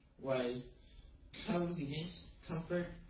was cosiness, comfort,